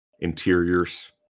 interiors